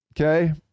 Okay